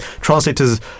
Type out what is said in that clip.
Translators